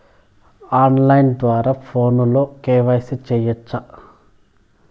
on line ద్వారా ఫోనులో KYC సేయొచ్చా